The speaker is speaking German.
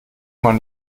man